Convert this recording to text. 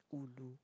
ulu